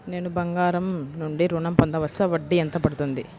నేను బంగారం నుండి ఋణం పొందవచ్చా? వడ్డీ ఎంత పడుతుంది?